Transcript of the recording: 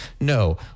No